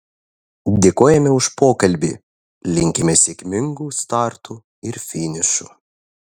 dėkojame už pokalbį linkime sėkmingų startų ir finišų